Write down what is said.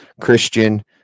Christian